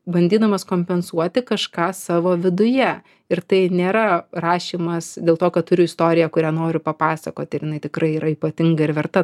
bandydamas kompensuoti kažką savo viduje ir tai nėra rašymas dėl to kad turiu istoriją kurią noriu papasakoti ir jinai tikrai yra ypatinga ir verta